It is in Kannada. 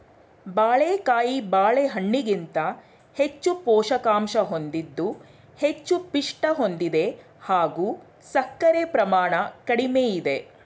ಬಾಳೆಕಾಯಿ ಬಾಳೆಹಣ್ಣಿಗಿಂತ ಹೆಚ್ಚು ಪೋಷಕಾಂಶ ಹೊಂದಿದ್ದು ಹೆಚ್ಚು ಪಿಷ್ಟ ಹೊಂದಿದೆ ಹಾಗೂ ಸಕ್ಕರೆ ಪ್ರಮಾಣ ಕಡಿಮೆ ಇದೆ